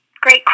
great